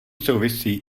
souvisí